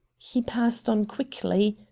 he passed on quickly.